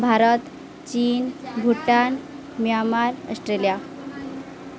ଭାରତ ଚୀନ୍ Bhutan Myanmar Australia